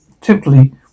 typically